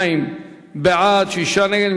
32 בעד, שישה נגד.